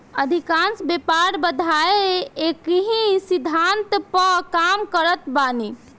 अधिकांश व्यापार बाधाएँ एकही सिद्धांत पअ काम करत बानी